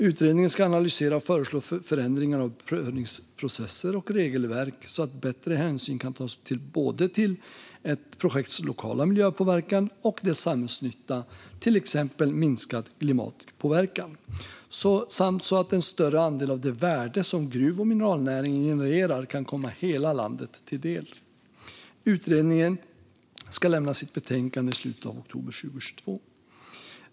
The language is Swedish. Utredningen ska analysera och föreslå förändringar av prövningsprocesser och regelverk så att bättre hänsyn kan tas till både ett projekts lokala miljöpåverkan och dess samhällsnytta, till exempel minskad global klimatpåverkan, samt så att en större andel av det värde som gruv och mineralnäringen genererar kan komma hela landet till del. Utredningen ska lämna sitt betänkande i slutet av oktober 2022.